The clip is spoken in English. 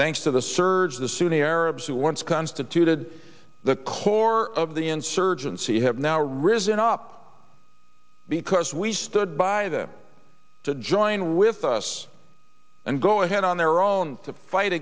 thanks to the surge the sunni arabs who once constituted the core of the insurgency have now risen up because we stood by them to join with us and go ahead on their own to fight